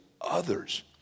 others